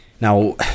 now